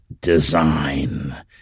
design